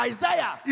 Isaiah